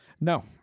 No